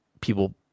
people